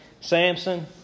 Samson